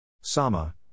Sama